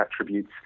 attributes